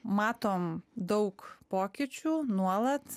matom daug pokyčių nuolat